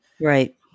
Right